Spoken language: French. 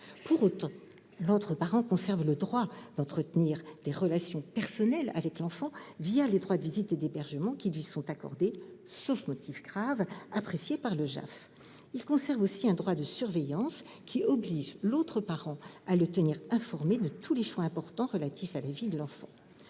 Pour autant, l'autre parent conserve le droit d'entretenir des relations personnelles avec l'enfant les droits de visite et d'hébergement qui lui sont accordés, sauf « motifs graves » appréciés par le JAF. Il conserve aussi un droit de surveillance qui oblige l'autre parent à le tenir informé de tous les choix importants relatifs à la vie de l'enfant.